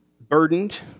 burdened